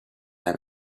and